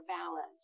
balance